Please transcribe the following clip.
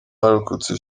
barokotse